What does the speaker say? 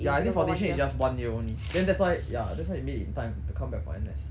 ya I think foundation is just one year only then that's why ya that's why he made it in time to come back for N_S